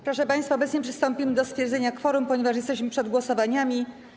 Proszę państwa, obecnie przystąpimy do stwierdzenia kworum, ponieważ jesteśmy przed głosowaniami.